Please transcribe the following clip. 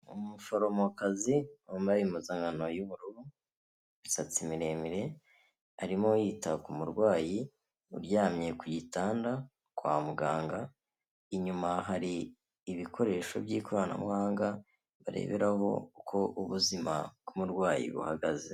Umuforomokazi wambaye umpuzankano y'ubururu imisatsi miremire, arimo yita ku murwayi uryamye ku gitanda kwa muganga, inyuma hari ibikoresho by'ikoranabuhanga bareberaho uko ubuzima bw'umurwayi buhagaze.